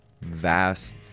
vast